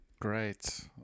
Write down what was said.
Great